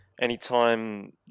Anytime